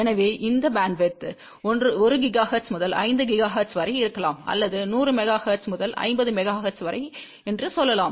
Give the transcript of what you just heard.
எனவே இந்த bandwidth 1 gigahertz முதல் 5 ஜிகாஹெர்ட்ஸ் வரை இருக்கலாம் அல்லது 100 மெகா ஹெர்ட்ஸ் முதல் 500 மெகா ஹெர்ட்ஸ் வரை என்று சொல்லலாம்